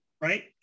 Right